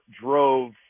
drove